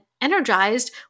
energized